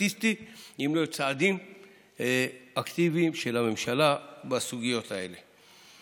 סטטי אם לא יהיו צעדים אקטיביים של הממשלה בסוגיות האלה.